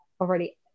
already